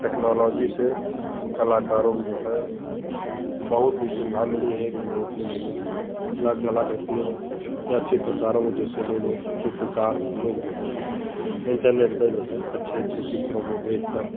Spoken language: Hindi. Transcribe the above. टेक्नोलॉजी से कलाकारों को जो है बहुत ही सुविधा मिली है लोगों के लिए जो है कला कलाकृतियों या चित्रकारों को जैसे ले लो चित्रकार लोग जो हैं इन्टरनेट पर जो है अच्छे अच्छे चित्रों को देखकर